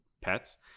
pets